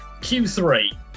Q3